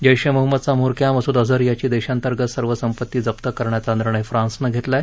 जैश ए महम्मदचा म्होरक्या मसूद अजहर याची देशांतर्गत सर्व संपत्ती जप्त करण्याचा निर्णय फ्रान्सनं घेतला आहे